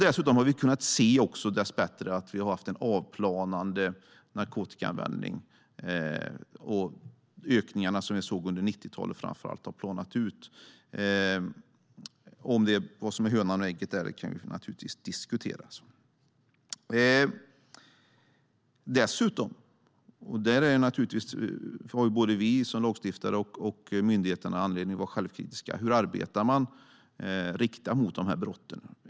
Dessutom har vi dessbättre kunnat se att vi har en avplanande narkotikaanvändning. Ökningarna som vi såg framför allt under 90-talet har planat ut. Vad som är hönan och ägget där kan naturligtvis diskuteras. Både vi som lagstiftare och myndigheterna har dessutom anledning att vara självkritiska när det gäller hur man arbetar mot de här brotten.